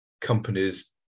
companies